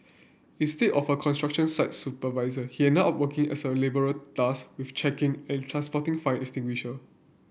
instead of a construction site supervisor he ended up working as a labourer tasked with checking and transporting fire extinguisher